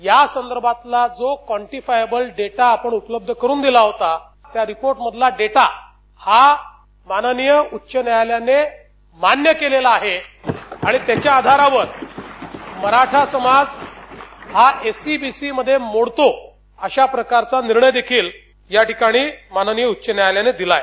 या संदर्भातला जो कॉन्टींयबल डेटा आपण उपलब्ध करुन दिला होता त्या रिपोर्टमधला डेटा हा माननिय उच्च न्यायालयानं मान्य केलेलं आहे आणि त्याच्या आधारावर मराठा समाज हा एस ई बी सी मध्ये मोडतो आशा प्रकारचा निर्णय देखिल या ठिकाणी माननिय उच्च न्यायालयानं दिलाय